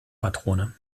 patrone